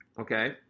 okay